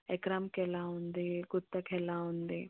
ఎకరానికి ఎలా ఉంది గుత్తకి ఎలా ఉంది